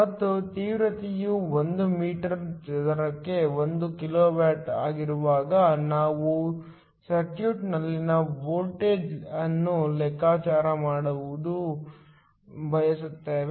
ಮತ್ತು ತೀವ್ರತೆಯು 1 ಮೀಟರ್ ಚದರಕ್ಕೆ 1 ಕಿಲೋ ವ್ಯಾಟ್ ಆಗಿರುವಾಗ ನಾವು ಸರ್ಕ್ಯೂಟ್ನಲ್ಲಿನ ವೋಲ್ಟೇಜ್ ಅನ್ನು ಲೆಕ್ಕಾಚಾರ ಮಾಡಲು ಬಯಸುತ್ತೇವೆ